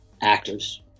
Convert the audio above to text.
actors